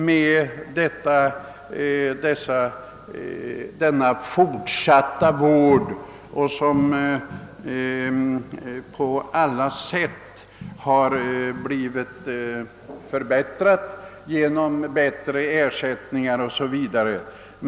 På alla möjliga sätt har också förbättringar här genomförts, genom högre ersättningar osv.